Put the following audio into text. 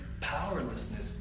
powerlessness